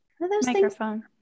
microphone